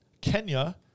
Kenya